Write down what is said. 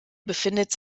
befindet